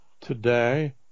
today